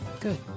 Good